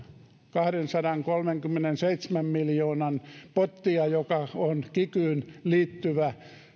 kahdensadankolmenkymmenenseitsemän miljoonan potilla joka on kikyyn liittyvä